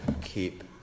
keep